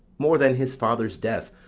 more than his father's death,